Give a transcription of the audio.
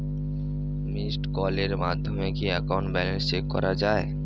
Missed কলের মাধ্যমে কি একাউন্ট ব্যালেন্স চেক করা যায়?